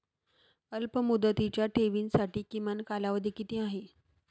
अल्पमुदतीच्या ठेवींसाठी किमान कालावधी किती आहे?